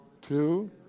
two